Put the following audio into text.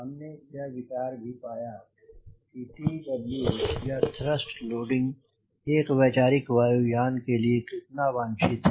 हमने यह विचार भी पाया कि T W या थ्रस्ट लोडिंग एक वैचारिक वायु यान के लिए कितना वांछित है